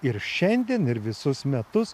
ir šiandien ir visus metus